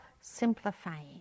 simplifying